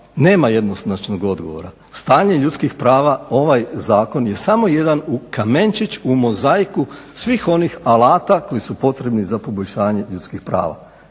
nema jednoznačnog odgovora, stanje ljudskih prava ovaj zakon je samo jedan kamenčić u mozaiku svih onih alata koji su potrebni za poboljšanje ljudskih prava.